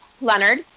Leonard